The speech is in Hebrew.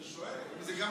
אני שואל אם זה גם,